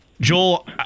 Joel